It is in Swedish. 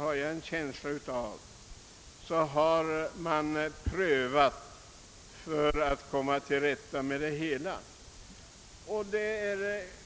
har en känsla av att man har prövat alla andra möjligheter att komma till rätta med problemet.